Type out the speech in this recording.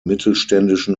mittelständischen